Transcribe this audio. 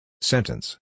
Sentence